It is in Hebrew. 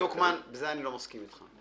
בזה אני לא מסכים אתך.